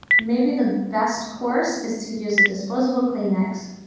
maybe the best course is to use a disposable kleenex,